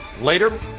Later